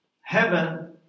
heaven